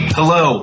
Hello